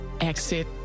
Exit